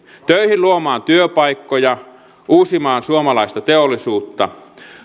töihin luomaan työpaikkoja uusimaan suomalaista teollisuutta